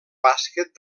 bàsquet